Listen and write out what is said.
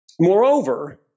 Moreover